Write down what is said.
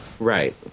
Right